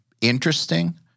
interesting